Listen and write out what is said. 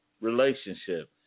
relationship